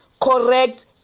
correct